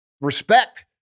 respect